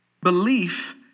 Belief